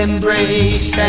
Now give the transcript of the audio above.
Embrace